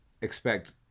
expect